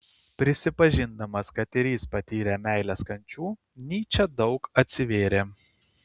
prisipažindamas kad ir jis patyrė meilės kančių nyčė daug atsivėrė